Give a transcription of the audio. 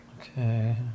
Okay